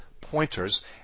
pointers